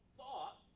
thought